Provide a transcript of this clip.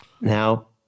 now